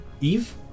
Eve